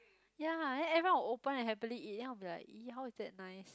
ya and then everyone will open and happily eat then I'll be like !ee! how is that nice